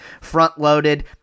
front-loaded